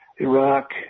Iraq